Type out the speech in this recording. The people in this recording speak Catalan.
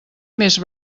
més